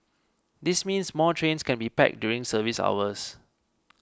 this means more trains can be packed during service hours